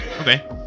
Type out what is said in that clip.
okay